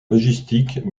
logistique